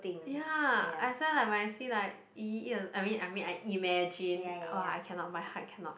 ya i swear like when I see like yi-yi eat al~ I mean I imagine !wah! I cannot my heart cannot